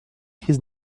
crise